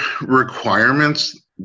requirements